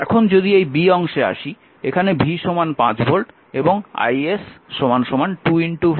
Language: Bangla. এখন যদি এই অংশে আসি এখানে V 5 ভোল্ট এবং is 2 V